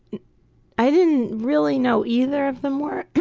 i didn't really know either of them were,